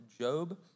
Job